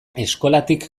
eskolatik